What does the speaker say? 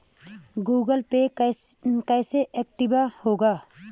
Google Pay कैसे active होगा?